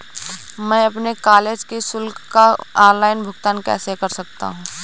मैं अपने कॉलेज की शुल्क का ऑनलाइन भुगतान कैसे कर सकता हूँ?